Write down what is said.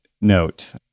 note